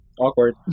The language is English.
awkward